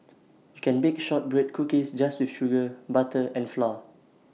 you can bake Shortbread Cookies just with sugar butter and flour